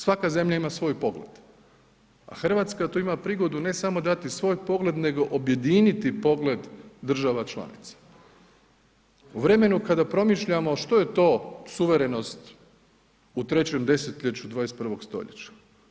Svaka zemlja ima svoj pogled, a Hrvatska tu ima prigodu ne samo dati svoj pogled nego objediniti pogled država članica u vremenu kada promišljamo što je to suverenost u trećem desetljeću 21. stoljeća.